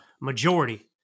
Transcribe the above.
majority